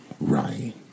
right